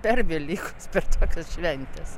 per velykas per tokias šventes